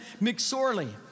McSorley